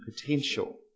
potential